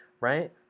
right